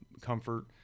comfort